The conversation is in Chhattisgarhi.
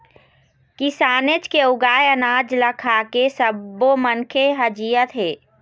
किसानेच के उगाए अनाज ल खाके सब्बो मनखे ह जियत हे